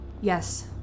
Yes